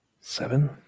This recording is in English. Seven